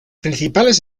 principales